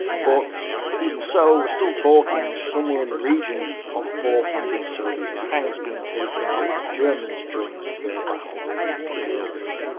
but even so, we're still talking somewhere in the region of four hundred soviet tanks being taken out by the germans during this third battle for courland.